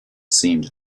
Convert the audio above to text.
seemed